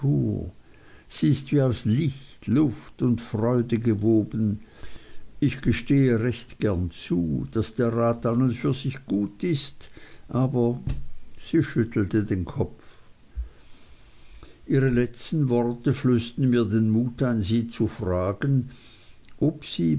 sie ist wie aus licht luft und freude gewoben ich gestehe recht gern zu daß der rat an und für sich gut ist aber sie schüttelte den kopf ihre letzten worte flößten mir den mut ein sie zu fragen ob sie